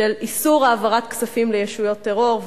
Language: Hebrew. לאיסור העברת כספים לישויות טרור,